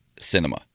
cinema